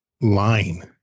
line